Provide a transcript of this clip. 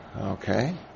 Okay